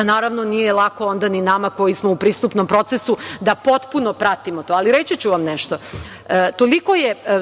Naravno, nije lako onda ni nama koji smo u pristupnom procesu da potpuno pratimo to. Reći ću vam nešto.